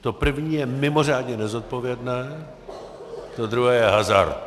To první je mimořádně nezodpovědné, to druhé je hazard.